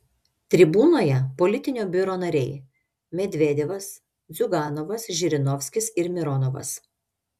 tribūnoje politinio biuro nariai medvedevas ziuganovas žirinovskis ir mironovas